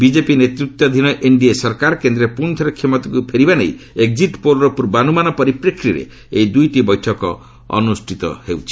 BJP ନେତୃତ୍ୱାଧୀନ NDA ସରକାର କେନ୍ଦ୍ରରେ ପୁଣିଥରେ କ୍ଷମତାକୁ ଫେରିବା ନେଇ ଏକ୍ଜିଟ୍ ପୋଲ୍ର ପୂର୍ବାନୁମାନ ପରିପ୍ରେକ୍ଷୀରେ ଏହି ଦୁଇଟି ବୈଠକ ଅନୁଷ୍ଠିତ ହେଉଛି